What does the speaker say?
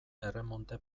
erremonte